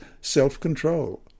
self-control